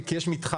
כי יש מתחם.